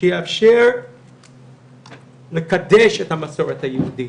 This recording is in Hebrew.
שיאפשרו לקדש את המסורת היהודית